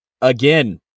again